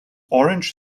orange